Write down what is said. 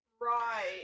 Right